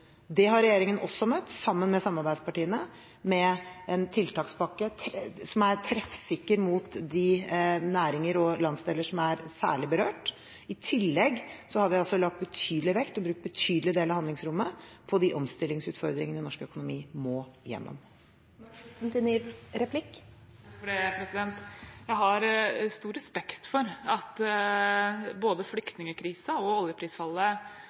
Det har regjeringen også møtt, sammen med samarbeidspartiene, med en tiltakspakke som er treffsikker mot de næringer og landsdeler som er særlig berørt. I tillegg har vi lagt betydelig vekt, og brukt en betydelig del av handlingsrommet, på de omstillingsutfordringene norsk økonomi må gjennom. Jeg har stor respekt for at både flyktningkrisen og oljeprisfallet har vært store utfordringer for regjeringen – og for Stortinget som plenum, i og